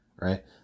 right